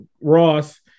Ross